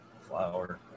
flower